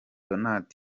donat